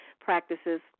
practices